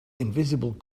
invisible